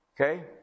Okay